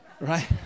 Right